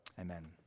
Amen